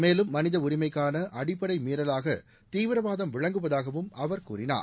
மேலும் மனித உரிமைக்காள் அடிப்படை மன்ற லாக தீவி ரவாதம் விளங்குவதாகவும் அவர் கூறினார்